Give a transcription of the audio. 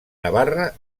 navarra